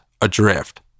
adrift